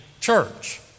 church